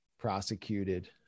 prosecuted